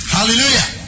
Hallelujah